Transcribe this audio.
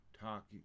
talk